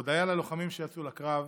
הודיה ללוחמים שיצאו לקרב,